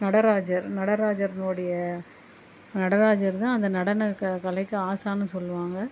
நடராஜர் நடராஜரின்னுடைய நடராஜர்தான் அந்த நடன க கலைக்கு ஆசான்னு சொல்லுவாங்க